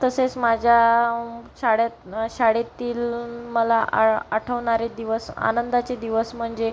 तसेच माझ्या शाळेत शाळेतील मला आ आठवणारे दिवस आनंदाचे दिवस म्हणजे